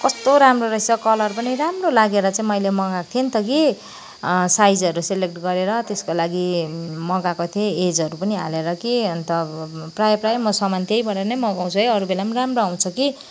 कस्तो राम्रो रहेछ कलर पनि राम्रो लागेर चाहिँ मैले मँगाएको थिएँ नि त कि साइजहरू सेलेक्ट गरेर त्यसको लागि मगाएको थिएँ एजहरू पनि हालेर कि अन्त प्रायः प्रायः म सामान त्यहीबाट नै मगाउँछु है अरूबेला पनि राम्रो आउँछ कि